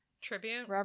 Tribute